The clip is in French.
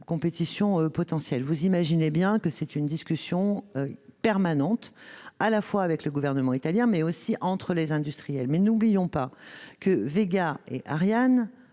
compétition potentielle fait l'objet de discussions permanentes, à la fois avec le gouvernement italien, mais aussi entre les industriels. Toutefois, n'oublions pas que Vega et Ariane